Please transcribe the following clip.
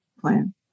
plan